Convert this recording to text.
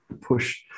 push